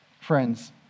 Friends